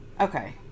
Okay